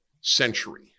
century